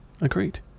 Agreed